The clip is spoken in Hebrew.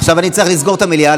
עכשיו אני צריך לסגור את המליאה,